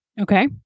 okay